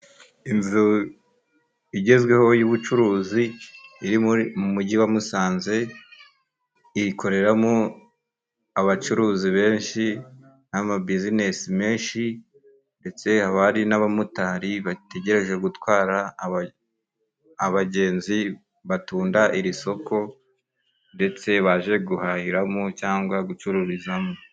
Inzu igezweho y'ubucuruzi iri mu mujyi wa Musanze. Iyi ikoreramo abacuruzi benshi n'ama bizinesi menshi ndetse habahari n'abamotari bategereje gutwara abagenzi batunda iri soko. Ndetse baje guhahiramo cyangwa gucururizamo.